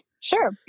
Sure